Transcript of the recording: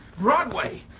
Broadway